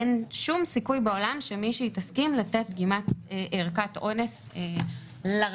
אין שום סיכוי בעולם שמישהי תסכים לתת ערכת אונס לרשויות.